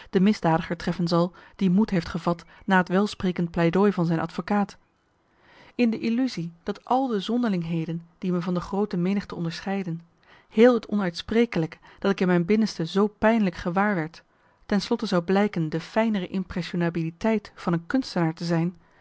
de misdadiger treffen zal die moed heeft gevat na het welsprekend pleidooi van zijn advocaat in de illusie dat al de zonderlingheden die me van de groote menigte onderscheidden heel het onuitsprekelijke dat ik in mijn binnenste zoo pijnlijk gewaarwerd ten slotte zou blijken de fijnere impressionabiliteit van een kunstenaar te zijn